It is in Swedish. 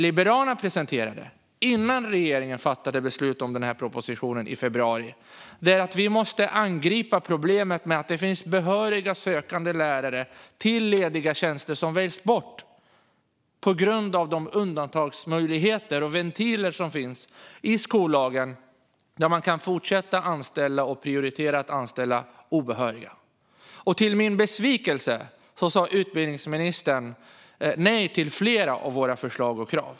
Innan regeringen fattade beslut om den här propositionen i februari presenterade dock Liberalerna att man måste angripa problemet med att det finns behöriga, sökande lärare till lediga tjänster som väljs bort på grund av de undantagsmöjligheter och ventiler som finns i skollagen. Man kan därför fortsätta att anställa och prioritera att anställa obehöriga. Till min besvikelse sa utbildningsministern nej till flera av våra förslag och krav.